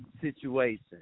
situation